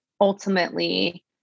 ultimately